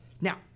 Now